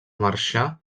marxar